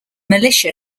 militia